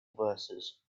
verses